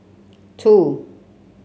two